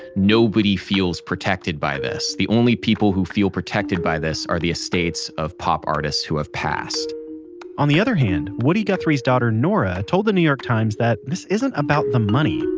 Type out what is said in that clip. nobody feels protected by this. the only people who feel protected by this are the estates of pop artists who have passed on the other hand, woody guthrie's daughter nora, told the new york times that this isn't about the money,